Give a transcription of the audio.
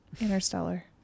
Interstellar